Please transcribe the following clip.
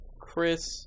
Chris